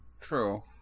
true